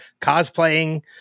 cosplaying